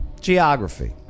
Geography